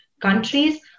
countries